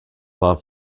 love